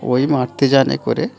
ওই মাতৃযানে করে